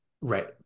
Right